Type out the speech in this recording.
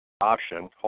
option